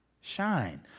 Shine